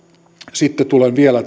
sitten tulen vielä